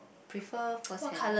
prefer firsthand lah